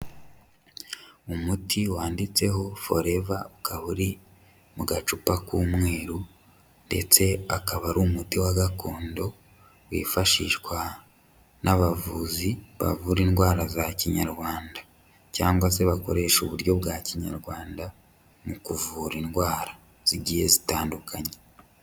Umuti wanditseho foreva ukaba uri mu gacupa k'umweru ndetse akaba ari umuti wa gakondo wifashishwa n'abavuzi bavura indwara za kinyarwanda cyangwa se bakoresha uburyo bwa kinyarwanda mu kuvura indwara zigiye zitandukanye.